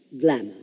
glamour